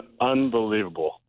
unbelievable